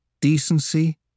Decency